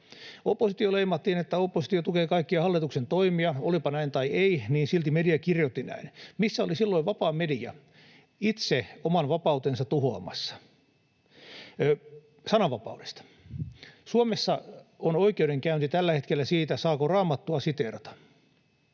Oppositio leimattiin, että se tukee kaikkia hallituksen toimia. Olipa näin tai ei, niin silti media kirjoitti näin. Missä oli silloin vapaa media? — Itse oman vapautensa tuhoamassa. Sananvapaudesta. Suomessa on oikeudenkäynti tällä hetkellä siitä, saako Raamattua siteerata.